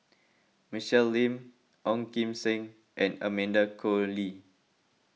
Michelle Lim Ong Kim Seng and Amanda Koe Lee